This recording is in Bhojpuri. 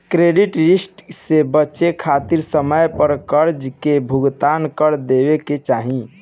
क्रेडिट रिस्क से बचे खातिर समय पर करजा के भुगतान कर देवे के चाही